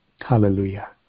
Hallelujah